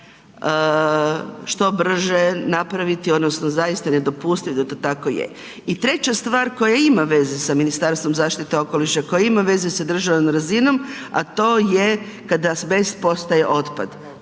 što brže napraviti, odnosno zaista ne dopustiti da to tako je. I treća stvar koja ima veze s Ministarstvom zaštite okoliša, koja ima veza sa državno razinom, a to je kada azbest postaje otpad.